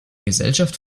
gesellschaft